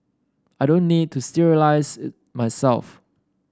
I don't need to sterilise it myself